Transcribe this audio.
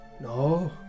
No